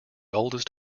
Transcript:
oldest